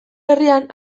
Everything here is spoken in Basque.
herrian